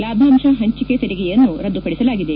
ಲಾಭಾಂಶ ಪಂಚಿಕೆ ತೆರಿಗೆಯನ್ನೂ ರದ್ಗುಪಡಿಸಲಾಗಿದೆ